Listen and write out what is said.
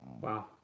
Wow